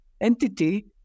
entity